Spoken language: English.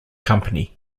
company